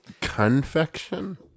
Confection